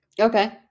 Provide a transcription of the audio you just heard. okay